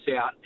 out